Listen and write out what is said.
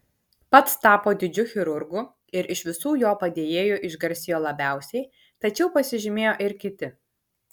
pats tapo didžiu chirurgu ir iš visų jo padėjėjų išgarsėjo labiausiai tačiau pasižymėjo ir kiti